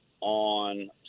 on